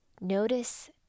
notice